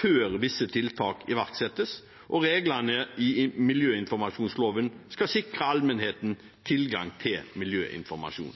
før visse tiltak iverksettes, og reglene i miljøinformasjonsloven skal sikre allmennheten tilgang til miljøinformasjon.